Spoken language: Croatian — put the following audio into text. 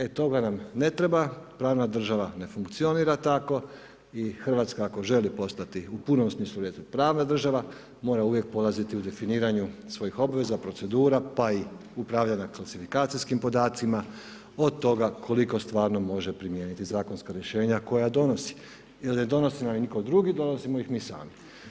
E, toga nam ne treba, pravna država ne funkcionira tako i Hrvatska ako želi postati u punom smislu riječi pravna država mora uvijek polaziti u definiranju svojih obveza, procedura pa i upravljanja klasifikacijskim podacima od toga koliko stvarno može primijeniti zakonska rješenja koja donose jer ne donosi nam nitko drugi, donosimo ih mi sami.